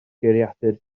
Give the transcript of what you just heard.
geiriadur